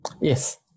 Yes